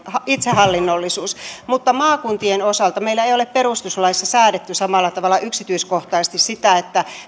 itsehallinnollisuus mutta maakuntien osalta meillä ei ole perustuslaissa säädetty samalla tavalla yksityiskohtaisesti